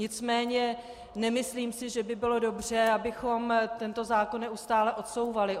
Nicméně nemyslím si, že by bylo dobře, abychom tento zákon neustále odsouvali.